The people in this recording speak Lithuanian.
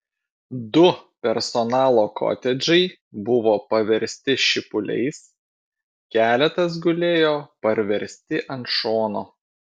du personalo kotedžai buvo paversti šipuliais keletas gulėjo parversti ant šono